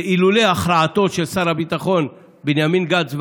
ואילולא הכרעתו של שר הביטחון בנימין גנץ,